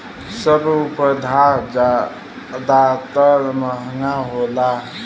सब पउधा जादातर महंगा होला